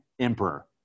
emperor